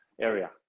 area